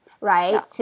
right